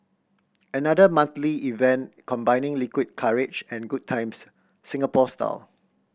another monthly event combining liquid courage and good times Singapore style